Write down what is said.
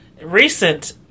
recent